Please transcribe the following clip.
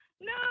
no